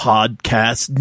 Podcast